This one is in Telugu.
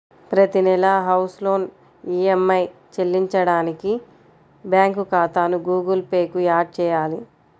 ప్రతి నెలా హౌస్ లోన్ ఈఎమ్మై చెల్లించడానికి బ్యాంకు ఖాతాను గుగుల్ పే కు యాడ్ చేయాలి